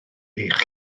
eich